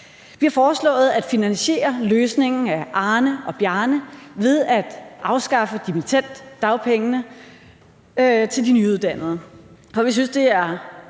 Vi har foreslået at finansiere løsningen af Arne og Bjarne ved at afskaffe dimittenddagpengene til de nyuddannede,